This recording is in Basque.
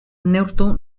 neurtu